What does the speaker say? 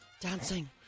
Dancing